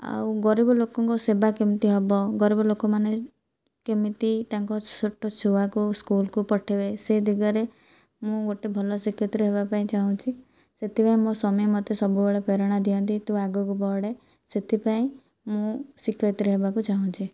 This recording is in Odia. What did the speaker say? ଆଉ ଗରିବ ଲୋକଙ୍କ ସେବା କେମିତି ହେବ ଗରିବ ଲୋକମାନେ କେମିତି ତା'ଙ୍କ ଛୋଟ ଛୁଆଙ୍କୁ ସ୍କୁଲକୁ ପଠାଇବେ ସେ ଦିଗରେ ମୁଁ ଗୋଟିଏ ଭଲ ଶିକ୍ଷୟତ୍ରୀ ହେବା ପାଇଁ ଚାହୁଁଛି ସେଥିପାଇଁ ମୋ ସ୍ୱାମୀ ମୋତେ ସବୁବେଳେ ପ୍ରେରଣା ଦିଅନ୍ତି ତୁ ଆଗକୁ ବଢ଼େ ସେଥିପାଇଁ ମୁଁ ଶିକ୍ଷୟତ୍ରୀ ହେବାକୁ ଚାହୁଁଛି